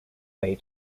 way